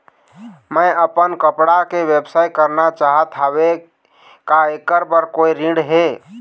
मैं अपन कपड़ा के व्यवसाय करना चाहत हावे का ऐकर बर कोई ऋण हे?